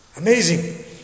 Amazing